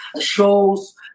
shows